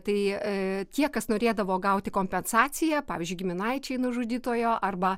tai tie kas norėdavo gauti kompensaciją pavyzdžiui giminaičiai nužudytojo arba